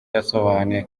yasobanuye